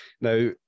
Now